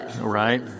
right